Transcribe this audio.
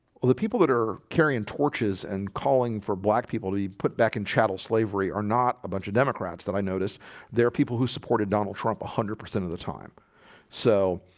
well, the people that are carrying torches and calling for black people to be put back in chattel slavery are not a bunch of democrats that i noticed there are people who supported donald trump one hundred percent of the time so,